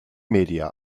media